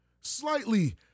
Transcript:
slightly